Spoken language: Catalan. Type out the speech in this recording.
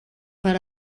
per